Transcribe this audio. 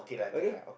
okay